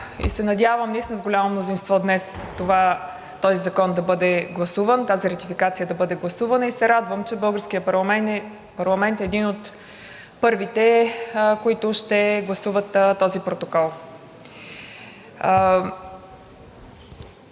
и се надявам наистина с голямо мнозинство днес този закон да бъде гласуван, тази ратификация да бъде гласувана и се радвам, че българският парламент е един от първите, които ще гласуват този протокол.